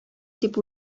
дип